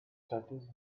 stutters